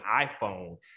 iPhone